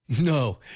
No